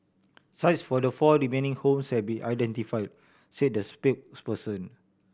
sites for the four remaining homes have been identified said the